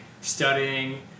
studying